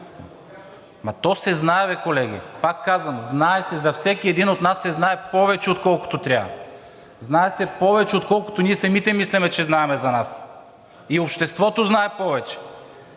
Ама то се знае бе, колеги! Пак казвам: знае се, за всеки един от нас се знае повече, отколкото трябва. Знае се повече, отколкото ние самите мислим, че знаем за нас и обществото знае повече.